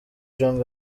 jong